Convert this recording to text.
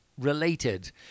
related